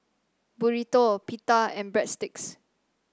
Burrito Pita and Breadsticks